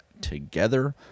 together